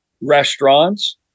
restaurants